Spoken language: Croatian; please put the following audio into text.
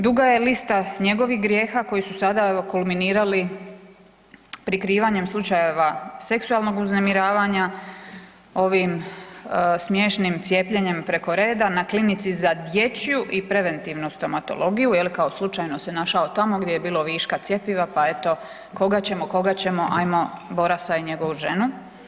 Duga je lista njegovih grijeha koji su sada evo, kulminirali prikrivanjem slučaja seksualnoga uznemiravanja, ovim smiješnim cijepljenjem preko reda na Klinici za dječju i preventivnu stomatologiju, je li, kao slučajno se našao tamo gdje je bilo viška cjepiva pa eto, koga ćemo, koga ćemo, ajmo Borasa i njegovu ženu.